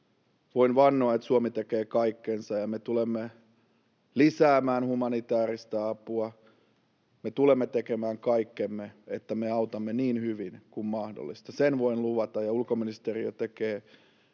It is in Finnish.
Voin vannoa, että Suomi tekee kaikkensa, ja me tulemme lisäämään humanitääristä apua, me tulemme tekemään kaikkemme, että me autamme niin hyvin kuin mahdollista. Sen voin luvata, ja ulkoministeriö tekee